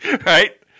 Right